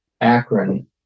Akron